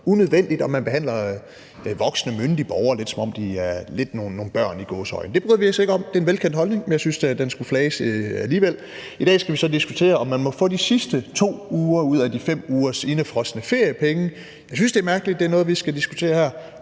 unødvendigt; man behandler voksne, myndige borgere, som om de – i gåseøjne – lidt er nogle børn. Det bryder vi os ikke om; det er en velkendt holdning, men jeg synes da, at den skulle flages alligevel. I dag skal vi så diskutere, om man må få de sidste 2 uger ud af de 5 ugers indefrosne feriepenge. Jeg synes, det er mærkeligt, at det er noget, vi skal diskutere her,